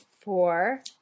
four